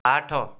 ଆଠ